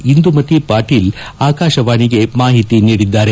ಇಂದುಮತಿ ಪಾಟೀಲ್ ಆಕಾಶವಾಣಿಗೆ ಮಾಹಿತಿ ನೀಡಿದ್ದಾರೆ